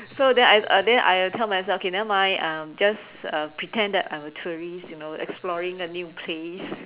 so then I uh then I'll tell myself okay never mind um just uh pretend that I'm a tourist you know exploring a new place